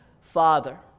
father